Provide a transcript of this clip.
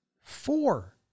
four